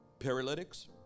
paralytics